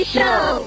Show